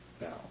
now